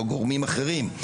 או גורמים אחרים.